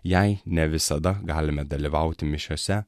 jei ne visada galime dalyvauti mišiose